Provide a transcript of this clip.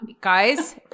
Guys